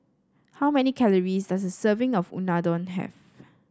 how many calories does a serving of Unadon have